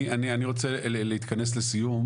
אני רוצה להתכנס לסיום,